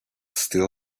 still